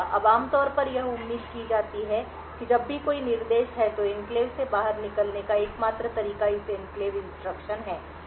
अब आमतौर पर यह उम्मीद की जाती है कि जब भी कोई निर्देश है तो एन्क्लेव से बाहर निकलने का एकमात्र तरीका इस एन्क्लेव इंस्ट्रक्शन है